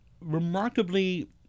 remarkably